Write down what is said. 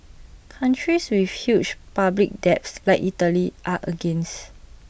countries with huge public debts like Italy are against